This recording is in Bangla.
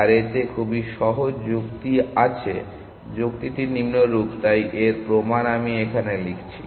আর এতে খুবই সহজ যুক্তি আছে যুক্তিটি নিম্নরূপ তাই এর প্রমাণ আমি এখানে লিখছি